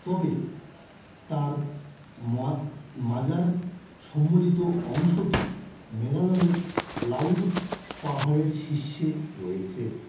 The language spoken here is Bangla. তবে তার মাজার সংবলিত অংশটি মেঘালয়ের লাউড় পাহাড়ের শীর্ষে রয়েছে